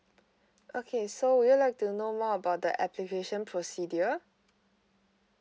okay so would you like to know more about the application procedure